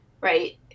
right